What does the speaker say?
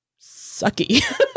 sucky